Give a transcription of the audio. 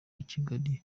kigali